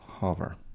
Hover